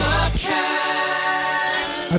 Podcast